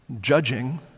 judging